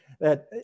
that-